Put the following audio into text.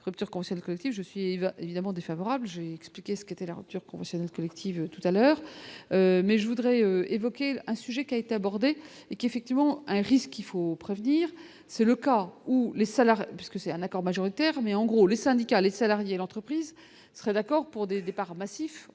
rupture constructive, je suis évidemment défavorable, j'ai expliqué ce qui était la rupture conventionnelle collective tout à l'heure, mais je voudrais évoquer un sujet qui a été abordée et qu'effectivement un risque, il faut prévenir, c'est le cas où les salaires puisque c'est un accord majoritaire mais en gros, les syndicats, les salariés, l'entreprise serait d'accord pour des départs massifs